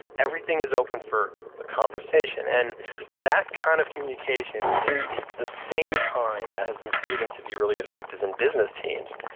everything is open for a conversation, and that kind of communication is the the same kind that has been proven to be really effective in business teams.